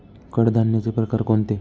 कडधान्याचे प्रकार कोणते?